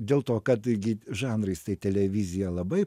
dėl to kad taigi žanrais tai televizija labai